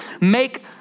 make